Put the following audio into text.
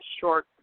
short